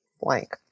blank